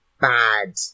bad